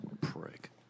prick